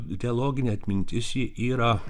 dialoginė atmintis ji yra